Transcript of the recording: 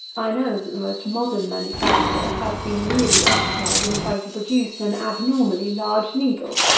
i know that the most modern manu facture has been really occupied in trying to pro duce an abnormally large needle.